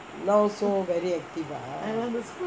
no so very active ah